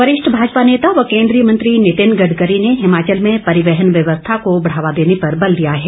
गडकरी वरिष्ठ भाजपा नेता व केन्द्रीय मंत्री नितिन गडकरी ने हिमाचल में परिवहन व्यवस्था को बढ़ावा देने पर बल दिया हैं